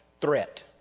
threat